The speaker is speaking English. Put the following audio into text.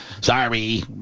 sorry